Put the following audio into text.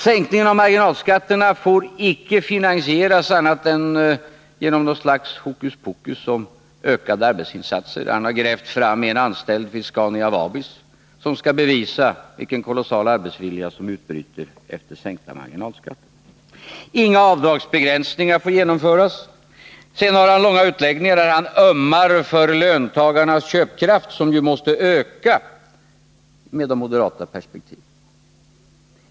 Sänkningen av marginalskatterna får icke finansieras annat än genom något slags hokuspokus om ökade arbetsinsatser — han hade i det sammanhanget grävt fram en anställd vid Saab-Scania för att bevisa vilken kolossal arbetsvilja som utbryter efter en sänkning av marginalskatterna. Enligt Lars Tobisson får heller inte avdragsbegränsningar genomföras. Lars Tobisson hade sedan långa utläggningar där han ömmade för löntagarnas köpkraft, som ju måste öka, sett i de moderata perspektiven.